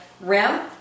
rim